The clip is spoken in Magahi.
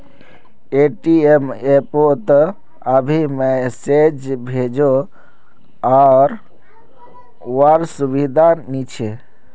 ए.टी.एम एप पोत अभी मैसेज भेजो वार सुविधा नी छे